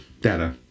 Data